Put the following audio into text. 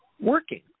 working